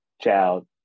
child